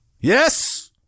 Yes